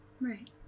Right